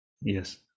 Yes